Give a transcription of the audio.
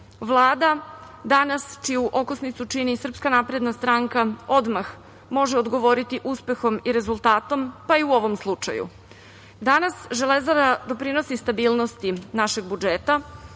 Vlada danas, čiju okosnicu čini SNS, odmah može odgovoriti uspehom i rezultatom, pa i u ovom slučaju. Danas Železara doprinosi stabilnosti našeg budžeta,